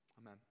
amen